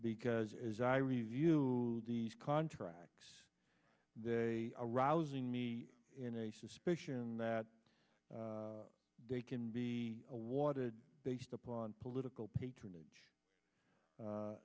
because as i review these contracts they arousing me in a suspicion that they can be awarded based upon political patronage